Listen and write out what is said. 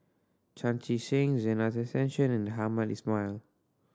Chan Chee Seng Zena Tessensohn and Hamed Ismail